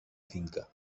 finca